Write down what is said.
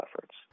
efforts